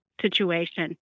situation